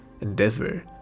endeavor